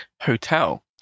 hotel